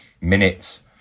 minutes